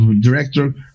director